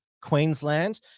Queensland